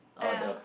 ya